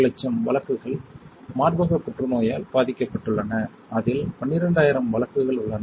100000 வழக்குகள் மார்பக புற்றுநோயால் பாதிக்கப்பட்டுள்ளன அதில் 12000 வழக்குகள் உள்ளன